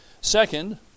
Second